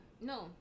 No